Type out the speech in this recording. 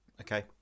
Okay